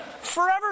Forever